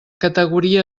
categoria